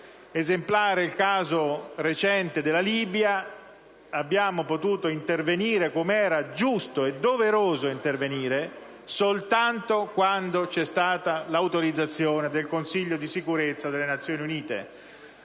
Esemplare è il caso recente della Libia, dove siamo potuti intervenire - come era giusto e doveroso fare - soltanto a seguito dell'autorizzazione del Consiglio di Sicurezza delle Nazioni Unite.